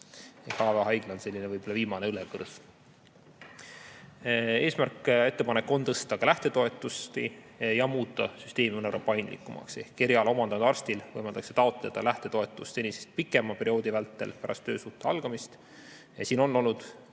HVA-haigla on võib-olla viimane õlekõrs. Eesmärk ja ettepanek on tõsta ka lähtetoetust ja muuta süsteemi mõnevõrra paindlikumaks. Ehk eriala omandanud arstil võimaldatakse taotleda lähtetoetust senisest pikema perioodi vältel pärast töösuhte algamist. Siin on olnud,